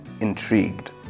intrigued